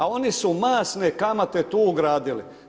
A o ni su masne kamate tu ugradili.